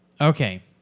Okay